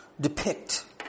depict